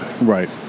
Right